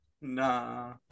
nah